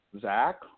Zach